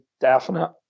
definite